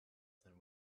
than